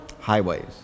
Highways